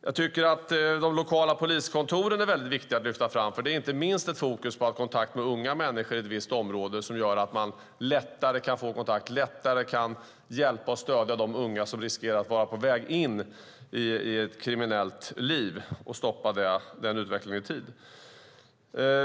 Jag tycker att det är viktigt att lyfta fram de lokala poliskontoren. Det är inte minst ett fokus på att ha kontakt med unga människor i ett visst område som gör att man lättare kan få kontakt och lättare kan hjälpa och stödja de unga som riskerar att vara på väg in i ett kriminellt liv och stoppa denna utveckling i tid.